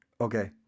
Okay